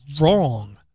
wrong